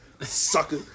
sucker